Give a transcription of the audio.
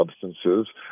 substances